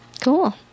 Cool